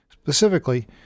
Specifically